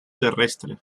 terrestre